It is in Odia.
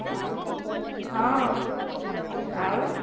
ଆଉ ହଁ ଆଉ